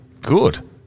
good